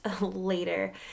later